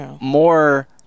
More